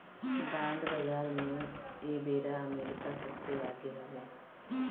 bond बाजार में एबेरा अमेरिका सबसे आगे हवे